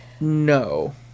No